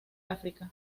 africa